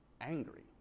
angry